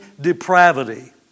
depravity